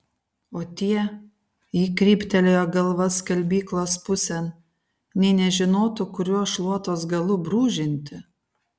o tie ji kryptelėjo galva skalbyklos pusėn nė nežinotų kuriuo šluotos galu brūžinti